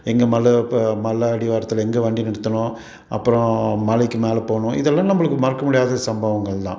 எங்கே மலை இப்போ மலை அடிவாரத்தில் எங்கே வண்டி நிறுத்தினோம் அப்புறம் மலைக்கு மேலே போனோம் இதெல்லாம் நம்பளுக்கு மறக்க முடியாத சம்பவங்கள் தான்